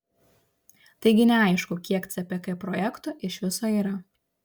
taigi neaišku kiek cpk projektų iš viso yra